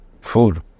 food